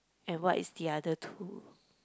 and what is the other two